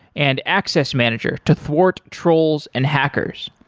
and access manager to thwart trolls and hackers.